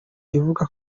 ivuga